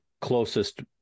closest